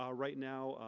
ah right now,